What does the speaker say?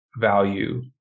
value